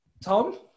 Tom